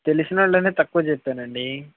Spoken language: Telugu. తెలిసినోళ్ళనే తక్కువ చెప్పానండి